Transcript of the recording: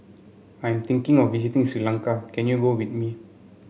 I'm thinking of visiting Sri Lanka can you go with me